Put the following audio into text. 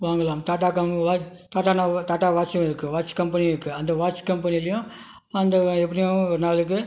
வாங்கலாம் டாடா கம்பெனி வா டாட்டா டாடா வாட்ச்சும் இருக்குது வாட்ச் கம்பெனியும் இருக்குது அந்த வாட்ச் கம்பெனியிலும் அந்த எப்படியும் ஒரு நாளைக்கு